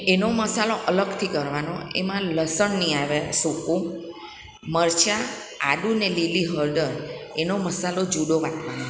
ને એનો મસાલો અલગથી કરવાનો એમાં લસણ નહીં આવે સૂકું મરચાં આદુંને લીલી હળદર એનો મસાલો જુદો વાટવાનો